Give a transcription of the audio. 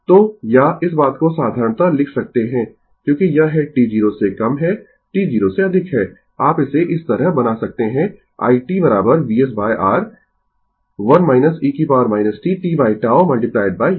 तो या इस बात को साधारणतः लिख सकते है क्योंकि यह है t 0 से कम है t 0 से अधिक है आप इसे इस तरह बना सकते है i t VsR 1 e t tτ u